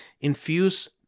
Infuse